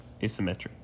asymmetric